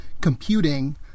computing